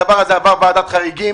הדבר הזה עבר ועדת חריגים,